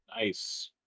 nice